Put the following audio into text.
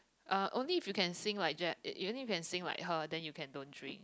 uh only if you can sing like Ja~ only if you can sing like her then you can don't drink